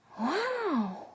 Wow